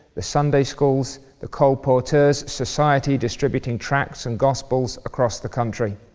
the sunday schools, the colporteurs' society, distributing tracts and gospels across the country.